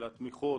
של התמיכות,